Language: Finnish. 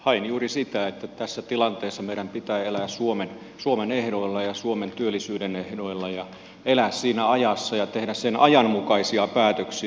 hain juuri sitä että tässä tilanteessa meidän pitää elää suomen ehdoilla ja suomen työllisyyden ehdoilla ja elää siinä ajassa ja tehdä sen ajan mukaisia päätöksiä